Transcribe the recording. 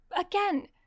again